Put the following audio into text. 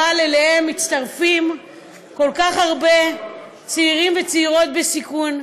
אבל אליהם מצטרפים כל כך הרבה צעירים וצעירות בסיכון,